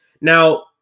Now